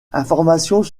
informations